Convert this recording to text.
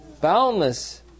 boundless